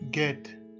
get